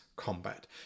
Combat